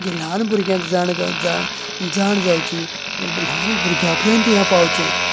जे ल्हान भरग्यांक जाण जाण जावची ल्हान भुरग्यां पर्यंत हे पावचे